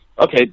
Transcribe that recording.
Okay